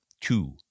Two